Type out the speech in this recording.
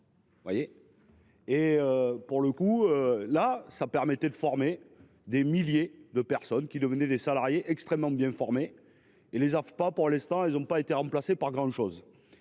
Vous voyez. Et pour le coup, là ça permettait de former des milliers de personnes qui devenaient des salariés extrêmement bien formés et les pas pour l'instant elles ont pas été remplacés par grandes choses.